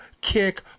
kick